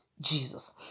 Jesus